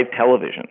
television